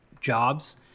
jobs